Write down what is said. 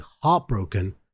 heartbroken